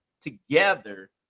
together